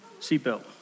Seatbelt